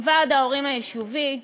עם ועד ההורים היישובי,